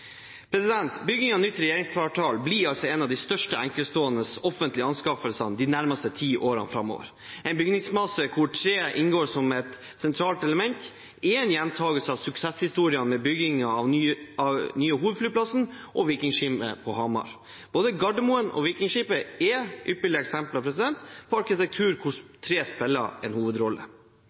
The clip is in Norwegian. regjeringskvartalet. Bygging av nytt regjeringskvartal blir en av de største enkeltstående offentlige anskaffelsene de nærmeste ti årene. En bygningsmasse hvor tre inngår som sentralt element, er en gjentagelse av suksesshistoriene med bygging av den nye hovedflyplassen og av Vikingskipet på Hamar. Både Gardermoen og Vikingskipet er ypperlige eksempler på arkitektur hvor tre spiller en hovedrolle.